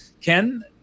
Ken